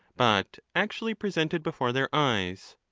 but actually presented before their eyes.